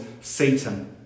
Satan